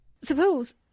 suppose